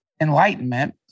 enlightenment